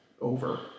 over